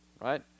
right